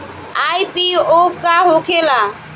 IPO का होखेला?